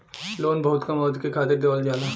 loan बहुत कम अवधि के खातिर देवल जाला